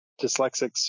dyslexics